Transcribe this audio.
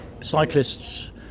cyclists